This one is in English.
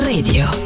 Radio